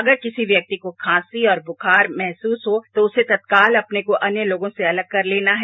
अकर किसी व्यक्ति को खांसी और बुखार महसूस हो तो उसे तत्काल अपने को अन्य लोगों से अलग कर लेना है